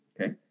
okay